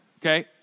Okay